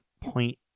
point